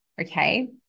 Okay